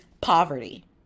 poverty